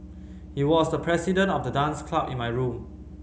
he was the president of the dance club in my room